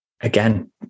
again